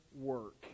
work